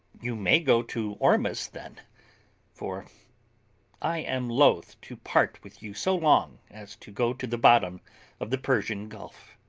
you may go to ormuz, then for i am loth to part with you so long as to go to the bottom of the persian gulf.